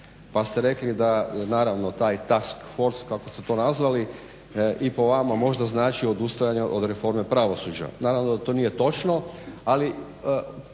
Pa ste rekli da naravno taj task force kako ste to nazvali i po vama možda znači odustajanje od reforme pravosuđa. Naravno da to nije točno. Ali